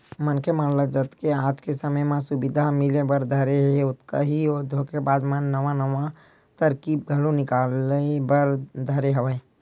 मनखे मन ल जतके आज के समे म सुबिधा मिले बर धरे हे ओतका ही धोखेबाज मन नवा नवा तरकीब घलो निकाले बर धरे हवय